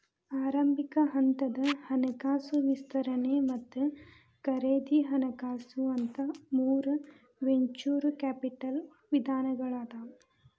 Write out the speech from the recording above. ಆರಂಭಿಕ ಹಂತದ ಹಣಕಾಸು ವಿಸ್ತರಣೆ ಮತ್ತ ಖರೇದಿ ಹಣಕಾಸು ಅಂತ ಮೂರ್ ವೆಂಚೂರ್ ಕ್ಯಾಪಿಟಲ್ ವಿಧಗಳಾದಾವ